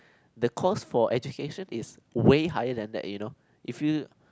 the cost for education is way higher than that you know if you